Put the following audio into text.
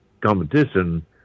competition